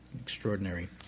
Extraordinary